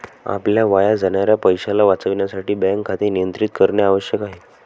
आपल्या वाया जाणाऱ्या पैशाला वाचविण्यासाठी बँक खाते नियंत्रित करणे आवश्यक आहे